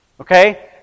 Okay